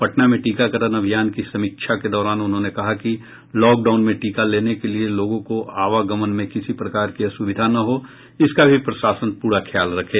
पटना में टीकाकरण अभियान की समीक्षा के दौरान उन्होंने कहा कि लॉकडाउन में टीका लेने के लिए लोगों को आवागमन में किसी प्रकार की असुविधा न हो इसका भी प्रशासन पूरा ख्याल रखे